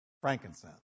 frankincense